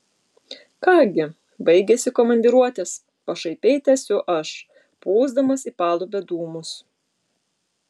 ką gi baigėsi komandiruotės pašaipiai tęsiu aš pūsdamas į palubę dūmus